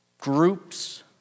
groups